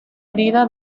herida